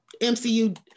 MCU